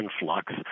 influx